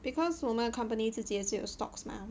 because 我们 company 自己也是有 stocks mah